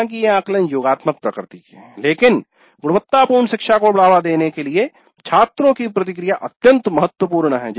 हालांकि ये आकलन योगात्मक प्रकृति के हैं लेकिन गुणवत्तापूर्ण शिक्षा को बढ़ावा देने के लिए छात्रों की प्रतिक्रिया अत्यंत महत्वपूर्ण है